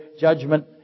Judgment